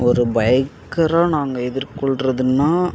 ஒரு பைக்கராக நாங்கள் எதிர்கொள்வதுன்னா